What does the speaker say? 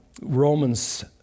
Romans